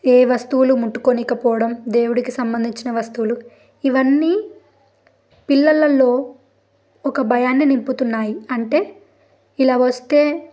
ఏ వస్తువులు ముట్టుకోనీయకపోవడం దేవుడికి సంబంధించిన వస్తువులు ఇవన్నీ పిల్లలలో ఒక భయాన్నిే నింపుతున్నాయి అంటే ఇలా వస్తే